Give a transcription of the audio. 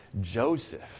Joseph